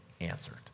answered